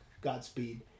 Godspeed